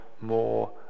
more